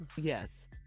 Yes